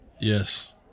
Yes